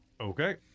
Okay